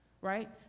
right